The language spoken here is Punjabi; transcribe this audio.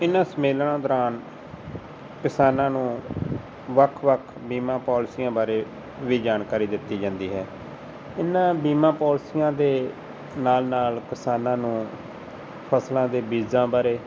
ਇਹਨਾਂ ਸੰਮੇਲਨਾਂ ਦੌਰਾਨ ਕਿਸਾਨਾਂ ਨੂੰ ਵੱਖ ਵੱਖ ਬੀਮਾ ਪੋਲਸੀਆਂ ਬਾਰੇ ਵੀ ਜਾਣਕਾਰੀ ਦਿੱਤੀ ਜਾਂਦੀ ਹੈ ਇਹਨਾਂ ਬੀਮਾ ਪੋਲਸੀਆਂ ਦੇ ਨਾਲ ਨਾਲ ਕਿਸਾਨਾਂ ਨੂੰ ਫ਼ਸਲਾਂ ਦੇ ਬੀਜਾਂ ਬਾਰੇ